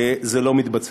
וזה לא מתבצע.